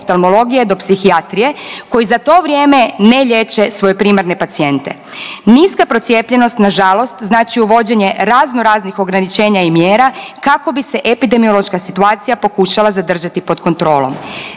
do psihijatrije koji za to vrijeme ne liječe svoje primarne pacijente. Niska procijepljenost nažalost znači uvođenje razno raznih ograničenja i mjera kako bi se epidemiološka situacija pokušala zadržati pod kontrolom.